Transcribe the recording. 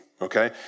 okay